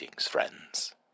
friends